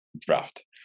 draft